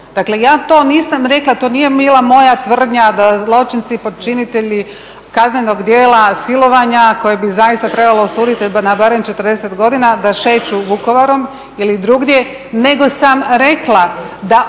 Dakle ja to nisam rekla, to nije bila moja tvrdnja da zločinci, počinitelji kaznenog djela silovanja koje bi zaista trebalo osuditi na barem 40 godina da šeću Vukovarom ili drugdje, nego sam rekla da o tome